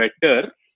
better